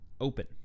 Open